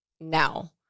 Now